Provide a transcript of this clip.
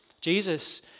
Jesus